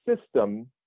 system